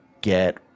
get